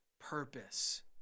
purpose